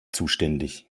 zuständig